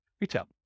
retail